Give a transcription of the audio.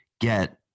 get